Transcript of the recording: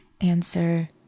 answer